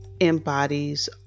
embodies